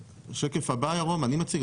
שקף הבא ירום אני מציג?